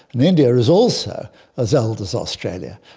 and india is also as old as australia.